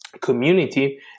community